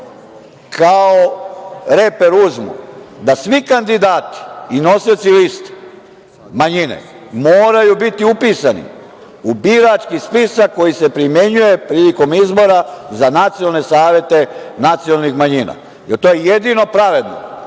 kao reper, uzmu da svi kandidati i nosioci liste manjine, moraju biti upisani u birački spisak koji se primenjuje prilikom izbora za nacionalne savete nacionalnih manjina, jer to je jedino pravedno